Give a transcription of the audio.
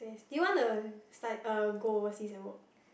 do wanna like stu~ uh go overseas and work